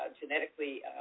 genetically